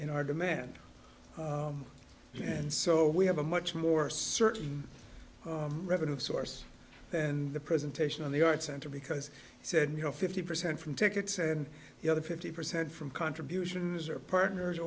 in our demand and so we have a much more certain revenue source and the presentation on the art center because he said you know fifty percent from tickets and the other fifty percent from contributions are partners or